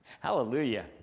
Hallelujah